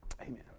Amen